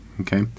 Okay